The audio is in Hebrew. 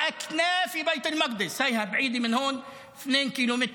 (נושא דברים בשפה הערבית, להלן תרגומם:),